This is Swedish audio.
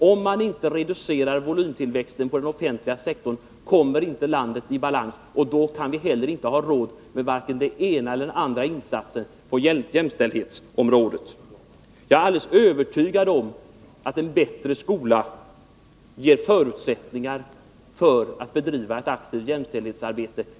Om man inte reducerar volymtillväxten inom den offentliga sektorn kommer inte landet i balans, och då kan vi heller inte ha råd med vare sig den ena eller den andra insatsen på jämställdhetsområdet. Jag är alldeles övertygad om att en bättre skola ger förutsättningar för att driva ett aktivt jämställdhetsarbete.